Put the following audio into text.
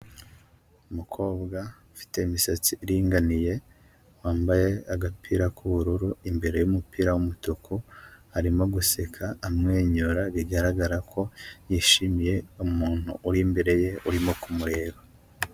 Umukobwa ufite imisatsi iringaniye, wambaye agapira k'ubururu imbere y'umupira w'umutuku, arimo guseka amwenyura, bigaragara ko yishimiye umuntu uri imbere ye, urimo kumureba.